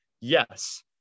yes